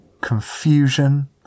confusion